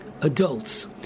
Adults